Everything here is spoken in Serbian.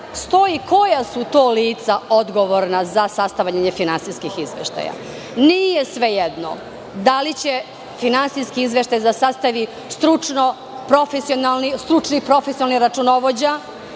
stoji koja su to lica odgovorna za sastavljanje finansijskih izveštaja. Nije svejedno da li će finansijski izveštaj da sastavi stručni profesionalni računovođa,